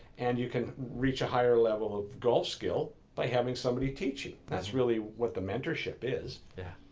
and you can reach a higher level of golf skill, by having somebody teach you. that's really what the mentorship is. yeah,